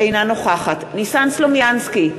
אינה נוכחת ניסן סלומינסקי,